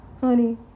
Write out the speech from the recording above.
Honey